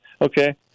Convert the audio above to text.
Okay